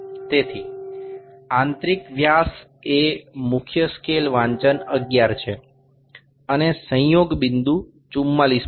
সুতরাং অভ্যন্তরীণ ব্যাস হল মূল স্কেলের পাঠ ১১ এবং ৪৪ তম বিন্দুতে মিলে যাচ্ছে